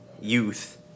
Youth